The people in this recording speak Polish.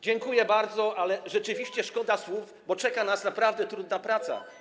Dziękuję bardzo, ale rzeczywiście szkoda słów, bo czeka nas naprawdę trudna praca.